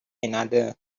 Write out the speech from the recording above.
another